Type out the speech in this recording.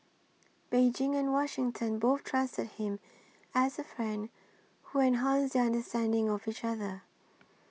Beijing and Washington both trusted him as a friend who enhanced their understanding of each other